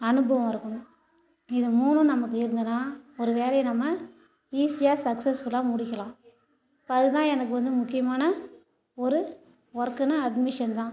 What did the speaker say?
அனுபவம் இருக்கணும் இது மூணு நமக்கு இருந்துதுன்னா ஒரு வேலையை நம்ம ஈஸியாக சக்சஸ்ஃபுல்லாக முடிக்கலாம் இப்போ அது தான் எனக்கு வந்து முக்கியமான ஒரு ஒர்க்குன்னா அட்மிஷன் தான்